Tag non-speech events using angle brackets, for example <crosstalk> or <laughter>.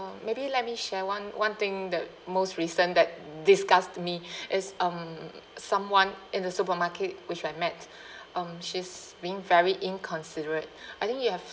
maybe let me share one one thing that most recent that disgust me <breath> it's um someone in the supermarket which I met <breath> um she's being very inconsiderate <breath> I think you have